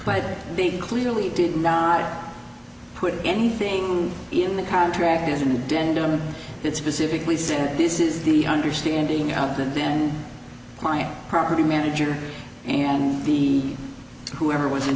big clearly did not put anything in the contract is an addendum that specifically says this is the understanding of the then client property manager and the whoever was in